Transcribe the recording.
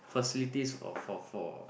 facilities for for for